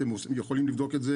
אתם יכולים לבדוק את זה